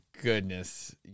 goodness